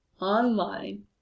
online